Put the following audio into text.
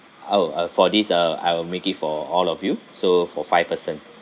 I'll I'll for this uh I'll make it for all of you so for five person